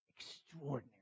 extraordinary